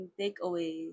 takeaway